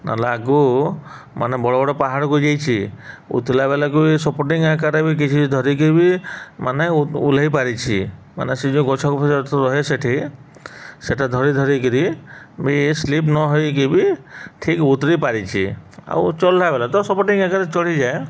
ନହେଲେ ଆଗୁ ମାନେ ବଡ଼ ବଡ଼ ପାହାଡ଼କୁ ଯାଇଛି ଉଠିଲା ବେଳକୁ ବି ସପୋର୍ଟିଙ୍ଗ ଆକାରରେ ବି କିଛି ଧରିକି ବି ମାନେ ଓ ଓହ୍ଲେଇ ପାରିଛି ମାନେ ସେ ଯେଉଁ ଗଛ ଗୁଡ଼ା ରହେ ସେଠି ସେଇଟା ଧରି ଧରିକିରି ବି ସ୍ଲିପ ନହେଇକି ବି ଠିକ୍ ଉତରି ପାରିଛି ଆଉ ଚଢ଼ିଲା ବେଲେ ତ ସପୋଟିଂ ଆକାରରେ ଚଢ଼ିଯାଏ